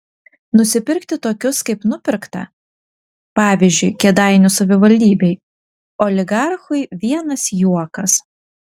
nusipirkti tokius kaip nupirkta pavyzdžiui kėdainių savivaldybėj oligarchui vienas juokas